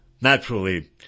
Naturally